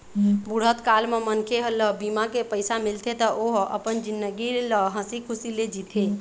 बुढ़त काल म मनखे ल बीमा के पइसा मिलथे त ओ ह अपन जिनगी ल हंसी खुसी ले जीथे